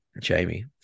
Jamie